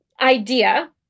idea